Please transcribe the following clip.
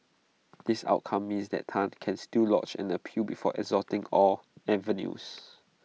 this outcome means that Tan can still lodge an appeal before exhausting all avenues